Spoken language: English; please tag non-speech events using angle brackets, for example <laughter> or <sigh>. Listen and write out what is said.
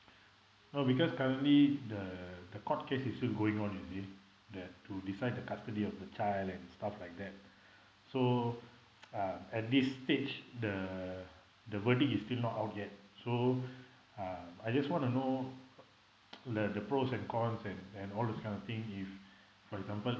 no because currently the the court case is still going on you see that to decide the custody of the child and stuff like that so <noise> uh at this stage the the verdict is still not out yet so um I just want to know <noise> the the pros and cons and and all those kind of thing if for example